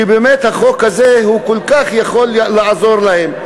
שבאמת החוק הזה כל כך יכול לעזור להם.